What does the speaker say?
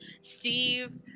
steve